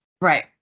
Right